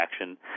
action